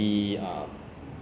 since you say